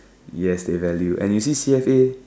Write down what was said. ya they value and you see C_S_A